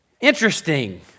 Interesting